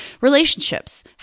Relationships